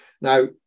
Now